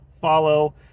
follow